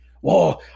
Whoa